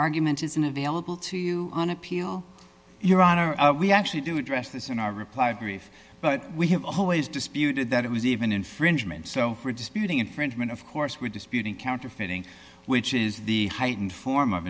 argument isn't available to you on appeal your honor we actually do address this in our reply brief but we have always disputed that it was even infringement so for disputing infringement of course we're disputing counterfeiting which is the heightened form of